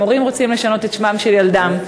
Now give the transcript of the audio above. אם הורים רוצים לשנות את שמו של ילדם,